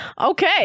Okay